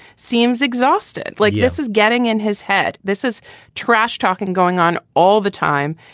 seems exhausted, like this is getting in his head. this is trash talking going on all the time.